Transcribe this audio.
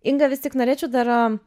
inga vis tik norėčiau dar